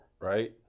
right